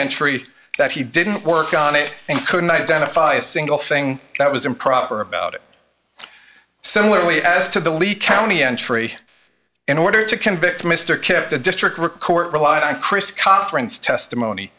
entry that he didn't work on it and couldn't identify a single thing that was improper about it similarly as to the leak county entry in order to convict mr kipp the district court relied on chris cochran's testimony